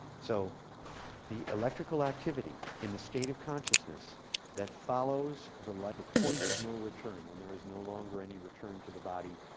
so the electrical activity in the state of consciousness follows the like the point of no return when there is no longer any return to the body,